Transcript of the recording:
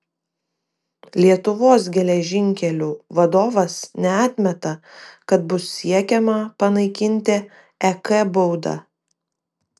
lietuvos geležinkelių vadovas neatmeta kad bus siekiama panaikinti ek baudą